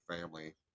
family